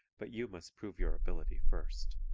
but you must prove your ability first.